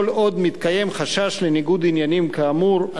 כל עוד מתקיים חשש לניגוד עניינים כאמור,